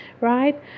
Right